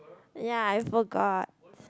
ya I forgot